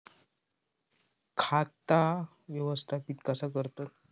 खाता व्यवस्थापित कसा करतत?